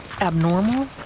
Abnormal